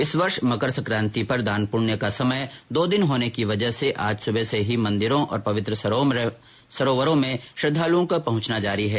इस वर्ष मकर संक्रांति पर दान प्रण्य दो दिन होने की वजह से आज सुबह से ही मंदिरों और पवित्र सरोवरों में श्रद्वालुओं का पहुंचना जारी है